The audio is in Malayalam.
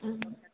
മ്മ്